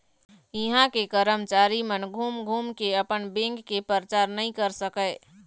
इहां के करमचारी मन घूम घूम के अपन बेंक के परचार नइ कर सकय